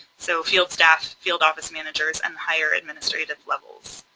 so field staff, field office managers and higher administrative levels.